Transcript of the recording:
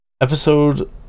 episode